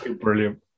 brilliant